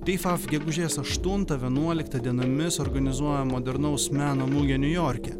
teifaf gegužės aštuntą vienuoliktą dienomis organizuoja modernaus meno mugę niujorke